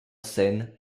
scène